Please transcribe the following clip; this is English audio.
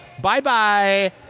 Bye-bye